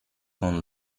con